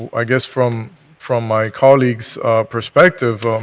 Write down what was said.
i guess from from my colleague's perspective,